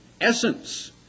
essence